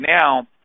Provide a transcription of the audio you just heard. now